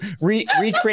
recreate